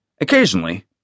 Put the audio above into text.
Occasionally